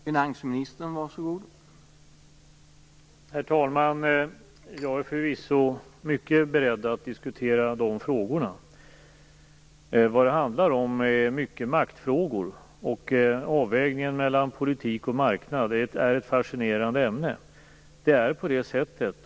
Herr talman! Jag är förvisso mycket beredd att diskutera dessa frågor. Det handlar mycket om maktfrågor. Avvägningen mellan politik och marknad är ett fascinerande ämne.